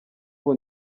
ubu